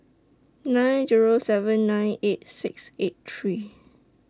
nine Zero seven nine eight six eight three